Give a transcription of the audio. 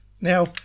Now